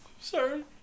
Sorry